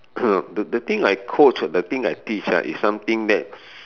the the thing I coach the thing I teach ah is something that